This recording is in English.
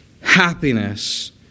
happiness